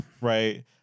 Right